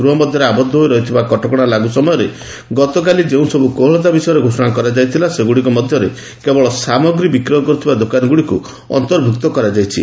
ଗୃହ ମଧ୍ୟରେ ଆବଦ୍ଧ ହୋଇ ରହିବା କଟକଣା ଲାଗୁ ସମୟରେ ଗତକାଲି ଯେଉଁସବୁ କୋହଳତା ବିଷୟରେ ଘୋଷଣା କରାଯାଇଥିଲା ସେଗୁଡ଼ିକ ମଧ୍ୟରେ କେବଳ ସାମଗ୍ରୀ ବିକ୍ରୟ କରୁଥିବା ଦୋକାନଗୁଡ଼ିକୁ ଅନ୍ତର୍ଭୁକ୍ତ କରାଯାଇଛି